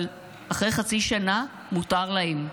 אבל אחרי חצי שנה מותר להם.